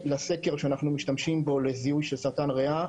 שירותי הרפואה מיועדים לכך והם נותנים את המענה.